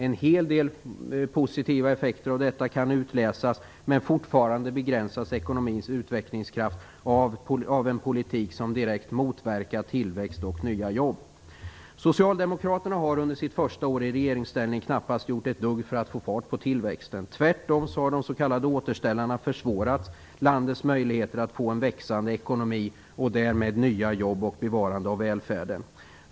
En hel del positiva effekter av detta kan utläsas, men fortfarande begränsas ekonomins utvecklingskraft av en politik som direkt motverkar tillväxt och nya jobb. Socialdemokraterna har under sitt första år i regeringsställning knappast gjort ett dugg för att få fart på tillväxten. Tvärtom har de s.k. återställarna försvårat landets möjligheter att få en växande ekonomi och därmed nya jobb och bevarande av välfärden.